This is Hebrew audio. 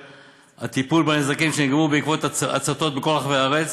היה טיפול בנזקים שנגרמו בעקבות הצתות בכל רחבי הארץ,